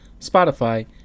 Spotify